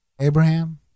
Abraham